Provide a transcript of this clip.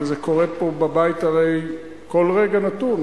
וזה קורה פה בבית הרי בכל רגע נתון: